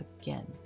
again